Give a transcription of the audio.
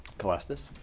calestous